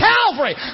Calvary